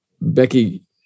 Becky